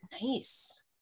Nice